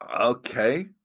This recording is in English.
Okay